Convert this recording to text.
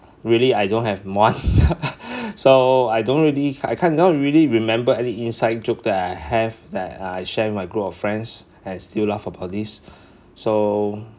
really I don't have one so I don't really I cannot really remember any inside joke that I have that I share with my group of friends and still laugh about this so